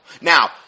Now